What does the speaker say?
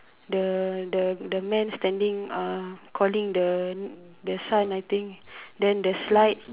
the the the man standing standing uh calling the the son I think then the slide